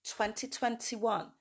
2021